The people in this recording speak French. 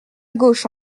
gauche